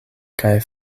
kaj